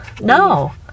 no